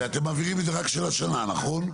אתם מעבירים רק של השנה, נכון?